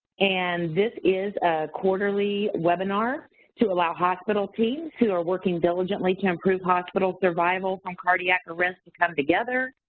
and this is a quarterly webinar to allow hospital teams who are working diligently to improve hospital survival from cardiac arrests to come together,